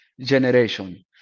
generation